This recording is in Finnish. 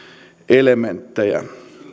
elementtejä